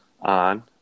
on